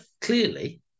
clearly